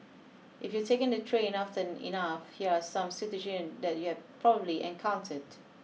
if you've taken the train often enough here are some situation that you have probably encountered